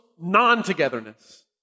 non-togetherness